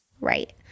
Right